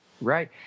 Right